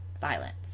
violence